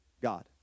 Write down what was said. God